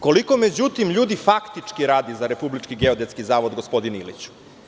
Koliko, međutim, ljudi faktički radi za Republički geodetski zavod, gospodine Iliću?